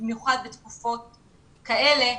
במיוחד בתקופות כאלה.